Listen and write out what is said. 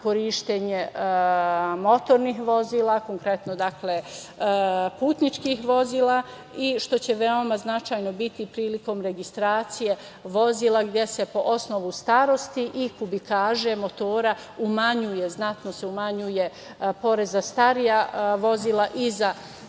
korišćenje motornih vozila, konkretno putničkih vozila i što će veoma značajno biti prilikom registracije vozila gde se po osnovu starosti i kubikaže motora umanjuje znatno porez za starija vozila i za